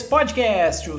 Podcast